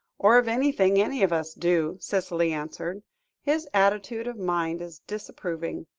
or of anything any of us do, cicely answered his attitude of mind is disapproving.